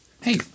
Hey